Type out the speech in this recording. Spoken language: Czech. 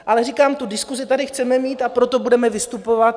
Ale říkám, tu diskusi tady chceme mít, a proto budeme vystupovat.